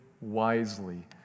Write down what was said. wisely